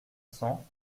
cents